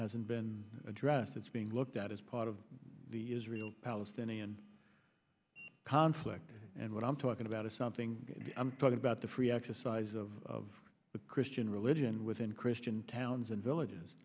hasn't been addressed it's being looked at as part of the israel palestinian conflict and what i'm talking about is something i'm talking about the free exercise of the christian religion within christian towns and villages